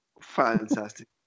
Fantastic